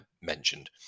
mentioned